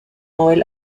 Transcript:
noël